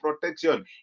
protection